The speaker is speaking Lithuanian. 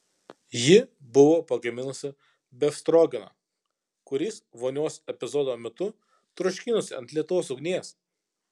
ji buvo pagaminusi befstrogeną kuris vonios epizodo metu troškinosi ant lėtos ugnies